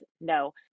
no